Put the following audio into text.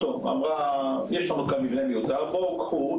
אמרה "יש לנו כאן מבנה מיותר קחו,